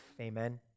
Amen